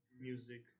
music